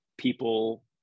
People